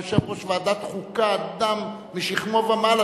היה יושב-ראש ועדת חוקה אדם משכמו ומעלה,